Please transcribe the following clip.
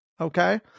okay